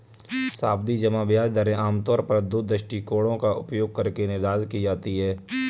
सावधि जमा ब्याज दरें आमतौर पर दो दृष्टिकोणों का उपयोग करके निर्धारित की जाती है